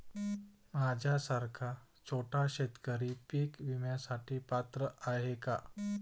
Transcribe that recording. माझ्यासारखा छोटा शेतकरी पीक विम्यासाठी पात्र आहे का?